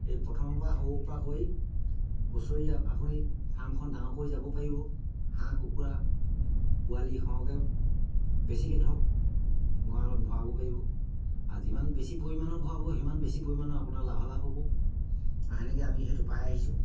এই প্ৰথমৰ পৰা সৰু পৰা কৰি বছৰি আপুনি ফাৰ্মখন ডাঙৰ কৰি যাব পাৰিব হাঁহ কুকুৰা পোৱালি সৰহকে বেছিকে ধৰক গঁৰালত ভৰাব পাৰিব আৰু যিমান বেছি পৰিমাণৰ ভৰাব সিমান বেছি পৰিমাণৰ আপোনাৰ লাভালাভ হ'ব আৰু সেনেকে আমি সেইটো পাই আহিছোঁ